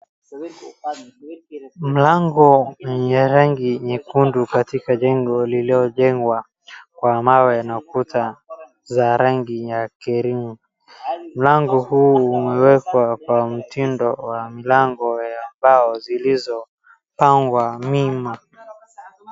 Mlango wenye rangi nyekundu katika jengo lililojengwa kwa mawe na kuta za rangi ya krimu. Mlango huu umewekwa kwa mtindo wa milango ya mbao zilizopangwa mingi.